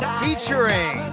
featuring